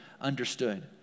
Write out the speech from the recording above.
understood